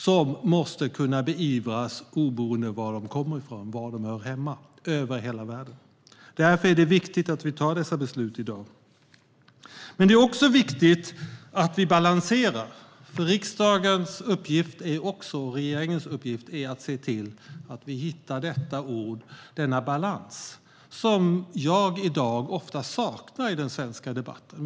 Det måste kunna beivras oberoende av var terroristerna kommer ifrån och var de hör hemma, över hela världen. Därför är det viktigt att vi tar dessa beslut i dag. Det är dock också viktigt att vi balanserar. Riksdagens och även regeringens uppgift är nämligen att se till att vi hittar det ord och den balans jag i dag ofta saknar i den svenska debatten.